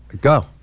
Go